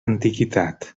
antiguitat